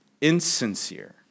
insincere